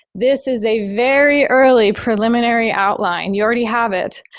this is a very early preliminary outline. you already have it.